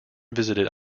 visited